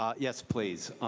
yes, please.